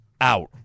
out